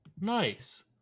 Nice